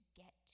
get